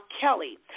Kelly